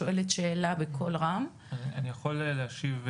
אני יכול להשיב,